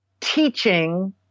teaching